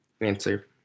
answer